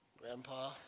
grandpa